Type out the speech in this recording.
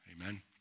Amen